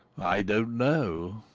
i don't know,